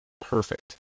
Perfect